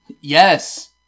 Yes